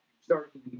starting